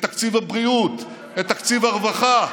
את תקציב הבריאות, את תקציב הרווחה.